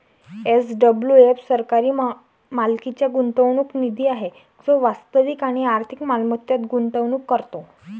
SWF सरकारी मालकीचा गुंतवणूक निधी आहे जो वास्तविक आणि आर्थिक मालमत्तेत गुंतवणूक करतो